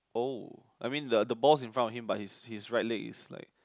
oh I mean the the ball's in front of him but his his right leg is like